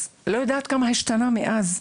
אני לא יודעת כמה השתנה מאז,